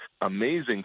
amazing